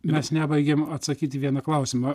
mes nebaigėm atsakyt į vieną klausimą